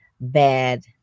bad